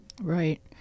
Right